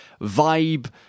vibe